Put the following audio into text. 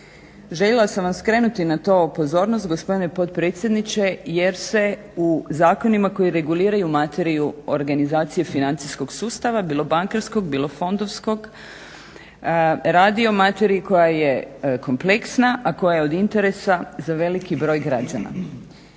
Željela sam vam skrenuti na to pozornost, gospodine potpredsjedniče jer se u zakonima koji reguliraju materiju organizacije financijskog sustava bilo bankarskog, bilo fondovskog radi o materiji koja je kompleksna a koja je od interesa za veliki broj građana.